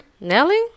Nelly